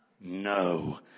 No